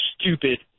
stupid